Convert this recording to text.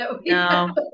no